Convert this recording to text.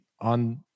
on